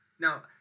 Now